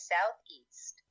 Southeast